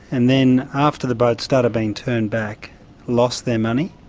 and then after the boats started being turned back lost their money?